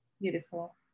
beautiful